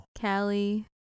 Callie